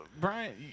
Brian